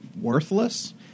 worthless